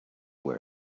were